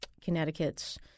Connecticut's